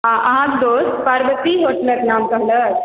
अहाँके दोस्त पारवती होटल के नाम कहलक